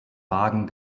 wagen